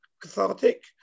cathartic